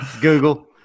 Google